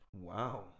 Wow